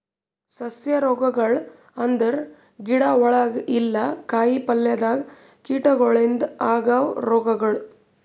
ಸಸ್ಯ ರೋಗಗೊಳ್ ಅಂದುರ್ ಗಿಡ ಒಳಗ ಇಲ್ಲಾ ಕಾಯಿ ಪಲ್ಯದಾಗ್ ಕೀಟಗೊಳಿಂದ್ ಆಗವ್ ರೋಗಗೊಳ್